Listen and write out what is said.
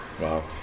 Wow